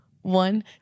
One